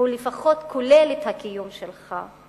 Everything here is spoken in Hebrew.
הוא לפחות כולל את הקיום שלך.